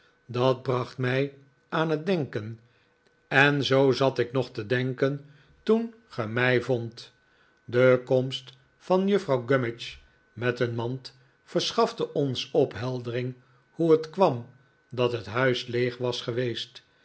dat bracht mij aan het denken en zoo zat ik nog te denken toen ge mij vondt de komst van juffrouw gummidge met een mand verschafte ons opheldering hoe het kwam dat het huis leeg was geweest